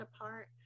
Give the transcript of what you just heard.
apart